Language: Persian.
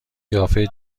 قیافه